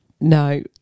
No